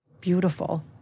Beautiful